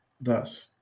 Thus